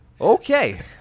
Okay